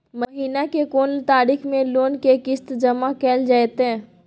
महीना के कोन तारीख मे लोन के किस्त जमा कैल जेतै?